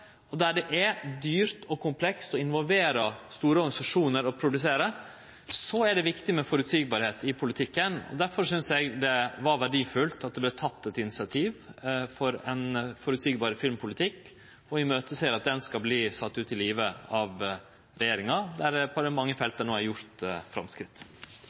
og der det er dyrt og komplekst og involverer store organisasjonar å produsere, er det viktig med føreseieleg politikk, og difor synest eg det var verdifullt at dei vart teke eit initiativ for ein føreseieleg filmpolitikk, og eg ser fram til at han skal verte sett ut i live av regjeringa, der det på mange